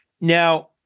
Now